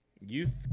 youth